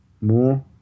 more